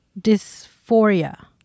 dysphoria